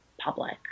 public